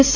yes